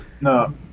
No